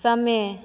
समय